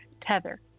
Tether